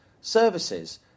services